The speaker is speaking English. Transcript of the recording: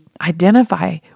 identify